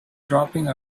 dropping